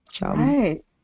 Right